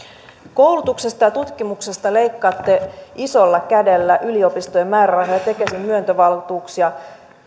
koulutuksesta ja tutkimuksesta leikkaatte isolla kädellä yliopistojen määrärahoja ja tekesin myöntövaltuuksia